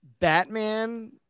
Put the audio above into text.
Batman